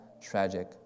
tragic